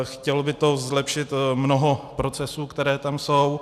Chtělo by to zlepšit mnoho procesů, které tam jsou.